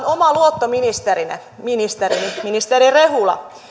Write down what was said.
oma luottoministerini ministeri rehula